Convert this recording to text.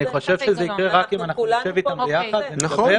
זה יקרה רק אם נשב איתם ביחד ונדבר.